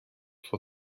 for